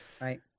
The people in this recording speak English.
Right